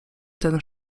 ten